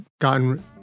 gotten